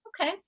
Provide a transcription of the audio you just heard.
okay